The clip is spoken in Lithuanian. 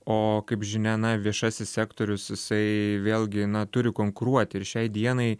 o kaip žinia na viešasis sektorius jisai vėlgi na turi konkuruoti ir šiai dienai